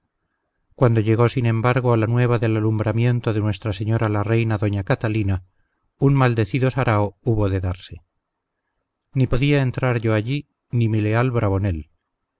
cuando llegó sin embargo la nueva del alumbramiento de nuestra señora la reina doña catalina un maldecido sarao hubo de darse ni podía entrar yo allí ni mi leal bravonel viendo